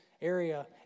area